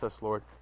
Lord